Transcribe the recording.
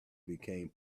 became